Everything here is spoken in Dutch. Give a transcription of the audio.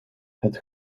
het